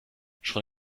schon